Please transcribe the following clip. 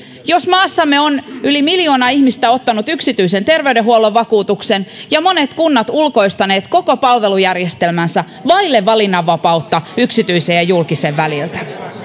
jos maassamme on yli miljoona ihmistä ottanut yksityisen terveydenhuollon vakuutuksen ja monet kunnat ovat ulkoistaneet koko palvelujärjestelmänsä vailla valinnanvapautta yksityisen ja julkisen väliltä